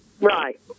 Right